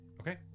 Okay